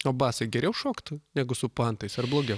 o basai geriau šokt negu su puantais ar blogiau